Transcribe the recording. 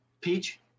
Peach